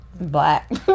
Black